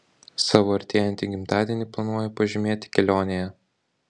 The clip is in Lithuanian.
savo artėjantį gimtadienį planuoju pažymėti kelionėje